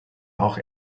auch